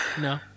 No